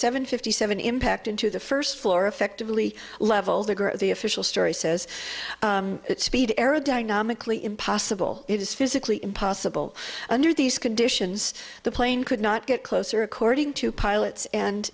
seven fifty seven impact into the first floor effectively levelled the official story says speed aerodynamically impossible it is physically impossible under these conditions the plane could not get closer according to pilots and